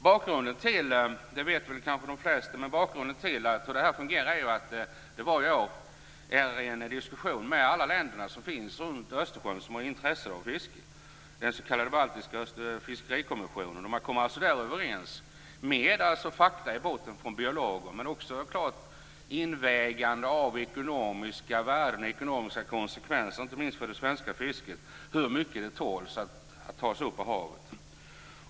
Bakgrunden till detta är, som de flesta kanske vet, att det varje år mellan alla de länder runt Östersjön som har intresse av fiske förs en diskussion i den s.k. Baltiska fiskerikommissionen. Där kommer man på grundval av fakta från biologer men också med invägande av ekonomiska konsekvenser inte minst för det svenska fisket överens om hur mycket man får ta upp ur havet.